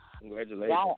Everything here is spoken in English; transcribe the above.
Congratulations